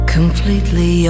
Completely